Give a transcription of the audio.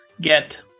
get